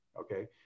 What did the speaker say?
Okay